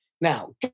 Now